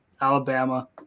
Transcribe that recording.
Alabama